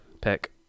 pick